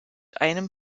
einem